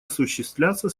осуществляться